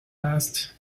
asked